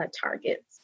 targets